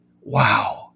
Wow